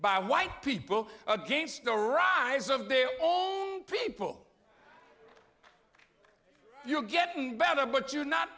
by white people against the rise of their people you're getting better but you're not